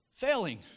Failing